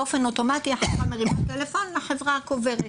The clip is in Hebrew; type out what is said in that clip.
באופן אוטומטי המשפחה מרימה טלפון לחברה הקוברת.